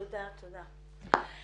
תודה תודה.